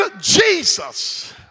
Jesus